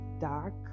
dark